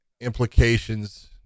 implications